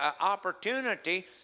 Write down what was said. opportunity